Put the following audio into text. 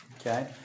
Okay